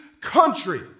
country